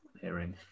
hearing